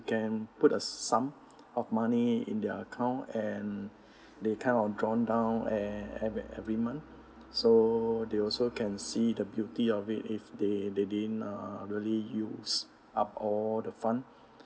can put a sum of money in their account and they kind of drawn down ev~ every every month so they also can see the beauty of it if they they din uh really use up all the fund